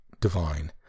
divine